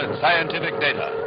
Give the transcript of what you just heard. and scientific data,